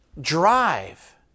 drive